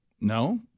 No